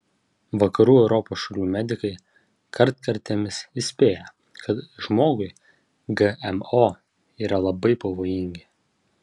vakarų europos šalių medikai kartkartėmis įspėja kad žmogui gmo yra labai pavojingi